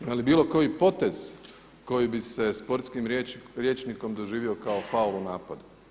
Ima li bilo koji potez koji bi se sportskim rječnikom doživio kao faul u napadu?